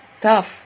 tough